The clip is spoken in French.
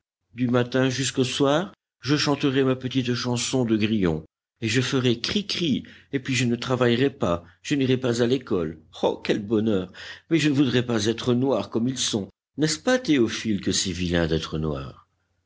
du matin jusqu'au soir je chanterais ma petite chanson de grillon et je ferais cri cri et puis je ne travaillerais pas je n'irais pas à l'école oh quel bonheur mais je ne voudrais pas être noir comme ils sont n'est-ce pas théophile que c'est vilain d'être noir